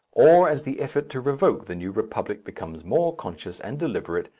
or, as the effort to evoke the new republic becomes more conscious and deliberate,